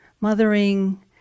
mothering